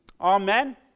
Amen